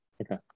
Okay